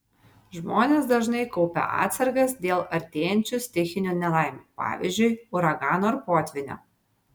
žmonės dažnai kaupia atsargas dėl artėjančių stichinių nelaimių pavyzdžiui uragano ar potvynio